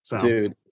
Dude